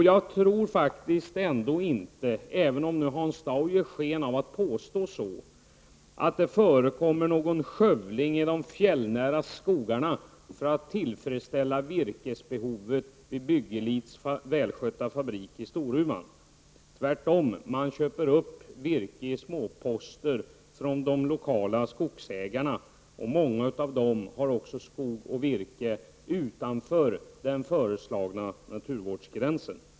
Jag tror inte, även om Hans Dau gör sken av att jag påstår så, att det förekommer någon skövling i de fjällnära skogarna för att tillfredsställa virkesbehovet vid Byggelits välskötta fabrik i Storuman. Tvärtom köps virke i småposter från de lokala skogsägarna. Många av dem har också skog och virke utanför den föreslagna naturvårdsgränsen.